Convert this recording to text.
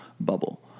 bubble